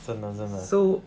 真的真的